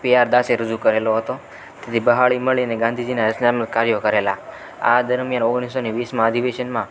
PR દાસે રજૂ કરેલો હતો તેથી પહાડી મળીને ગાંધીજીનાં સ્નાન કાર્યો કરેલાં આ દરમ્યાન ઓગણીસસો ને વીસમાં અધિવેશનમાં